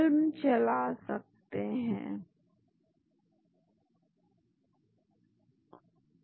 तो similarity coefficient की गणना ए बी और सी से की जा सकती है जोकि टानीमोटो कोईफिशएंट कहलाता है